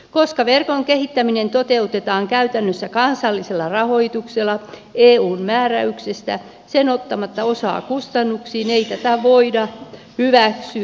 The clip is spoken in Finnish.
koska verkon kehittäminen toteutetaan käytännössä kansallisella rahoituksella eun määräyksestä sen ottamatta osaa kustannuksiin ei tätä voida hyväksyä